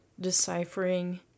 deciphering